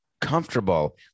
comfortable